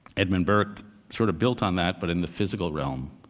edmund burke sort of built on that, but in the physical realm.